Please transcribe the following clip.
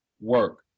work